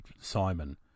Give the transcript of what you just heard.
Simon